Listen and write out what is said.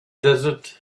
desert